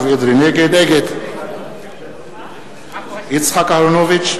נגד יצחק אהרונוביץ,